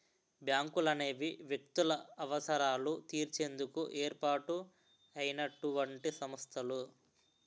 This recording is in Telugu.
బ్యాంకులనేవి వ్యక్తుల అవసరాలు తీర్చేందుకు ఏర్పాటు అయినటువంటి సంస్థలు